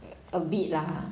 a bit lah